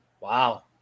Wow